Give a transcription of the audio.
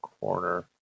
corner